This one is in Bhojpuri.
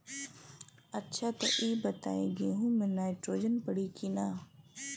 अच्छा त ई बताईं गेहूँ मे नाइट्रोजन पड़ी कि ना?